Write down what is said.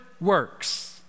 works